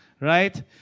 Right